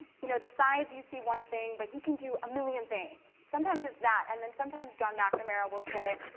you know the sides you see one thing, but he can do a million things. sometimes it's that, and then sometimes john mcnamara will say,